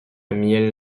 miel